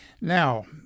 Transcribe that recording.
Now